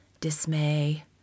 dismay